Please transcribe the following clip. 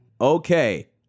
Okay